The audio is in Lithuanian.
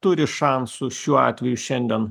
turi šansų šiuo atveju šiandien